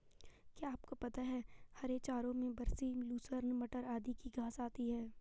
क्या आपको पता है हरे चारों में बरसीम, लूसर्न, मटर आदि की घांस आती है?